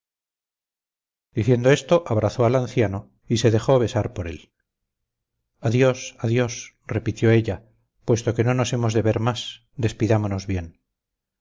diciendo esto abrazó al anciano y se dejó besar por él adiós adiós repitió ella puesto que no nos hemos de ver más despidámonos bien